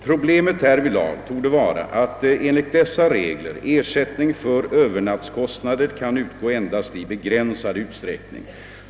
Problemet härvidlag torde vara att enligt dessa regler ersättning för övernattningskostnader kan utgå endast i begränsad utsträckning.